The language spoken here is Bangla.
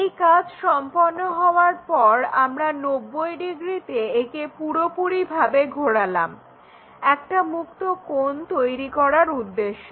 এই কাজ সম্পন্ন হওয়ার পর আমরা 90 ডিগ্রিতে একে পুরোপুরিভাবে ঘোরালাম একটা মুক্তকোণ তৈরি করার উদ্দেশ্যে